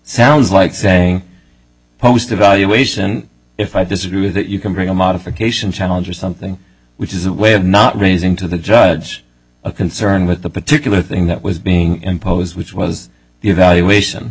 sounds like saying post evaluation if i disagree with that you can bring a modification challenge or something which is a way of not raising to the judge a concern with the particular thing that was being imposed which was the evaluation